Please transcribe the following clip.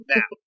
Now